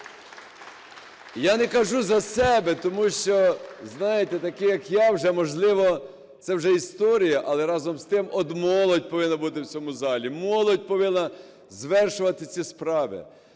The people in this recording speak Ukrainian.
Я не кажу за себе. Тому що, знаєте, такі, як я, вже, можливо, це вже історія. Але, разом з тим, от молодь повинна бути в цьому залі, молодь повинна звершувати ці справи.